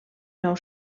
nou